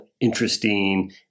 interesting